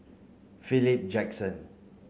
Philip Jackson